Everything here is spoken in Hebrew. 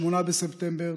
8 בספטמבר,